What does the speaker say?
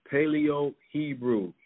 Paleo-Hebrew